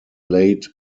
late